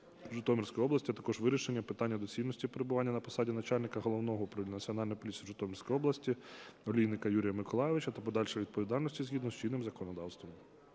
Житомирської області, а також вирішення питання доцільності перебування на посаді начальника Головного управління Національної поліції в Житомирській області Олійника Юрія Миколайовича та подальшої відповідальності згідно з чинним законодавством.